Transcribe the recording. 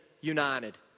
united